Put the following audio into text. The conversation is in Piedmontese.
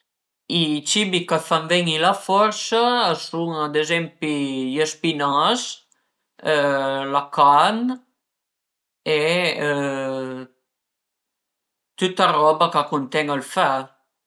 I i cibi ch'a fan ven-i la forsa a un ad ezempi i spinas, la carn e tüta roba ch'a cunten ël fer